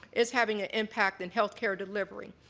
it's having an impact in healthcare delivery.